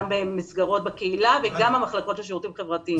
גם במסגרות בקהילה וגם במחלקות של השירותים החברתייםך.